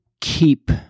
keep